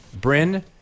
bryn